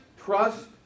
trust